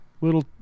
Little